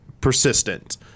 persistent